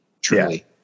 Truly